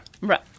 Right